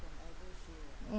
mm